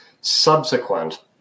subsequent